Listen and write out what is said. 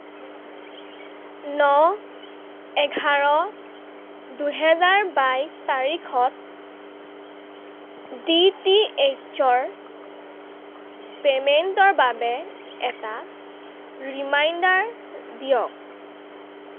ন এঘাৰ দুহেজাৰ বাইছ তাৰিখত ডি টি এইচৰ পে'মেণ্টৰ বাবে এটা ৰিমাইণ্ডাৰ দিয়ক